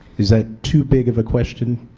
is that too big of a question?